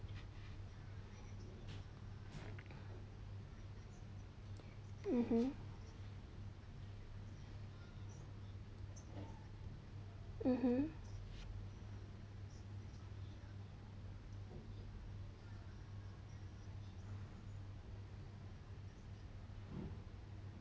mmhmm mmhmm